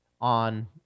on